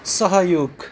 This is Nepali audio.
सहयोग